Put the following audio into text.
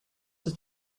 ist